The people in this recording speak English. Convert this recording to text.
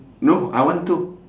no I want two